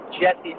Jesse